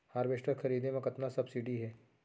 Harvester खरीदे म कतना सब्सिडी हे?